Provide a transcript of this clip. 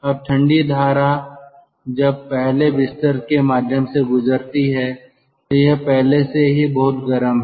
अब ठंडी धारा जब पहले बिस्तर के माध्यम से गुजरती है तो यह पहले से ही बहुत गर्म है